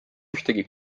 ühtegi